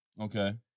Okay